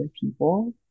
people